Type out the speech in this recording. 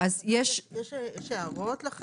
יש לכם הערות?